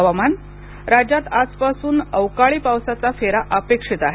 हवामान राज्यात आजपासून अवकाळी पावसाचा फेरा अपेक्षित आहे